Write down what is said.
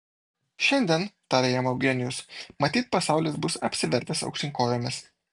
šiandien tarė jam eugenijus matyt pasaulis bus apsivertęs aukštyn kojomis